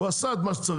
הוא עשה את מה שצריך.